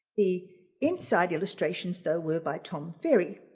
the inside illustrations though were by tom ferry,